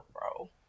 bro